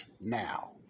now